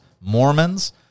Mormons